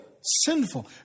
Sinful